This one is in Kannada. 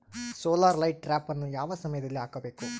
ಸೋಲಾರ್ ಲೈಟ್ ಟ್ರಾಪನ್ನು ಯಾವ ಸಮಯದಲ್ಲಿ ಹಾಕಬೇಕು?